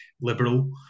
liberal